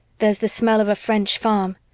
there's the smell of a french farm.